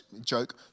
joke